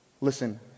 listen